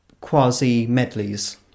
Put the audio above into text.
quasi-medleys